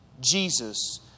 Jesus